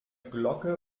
glocke